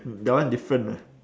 that one different lah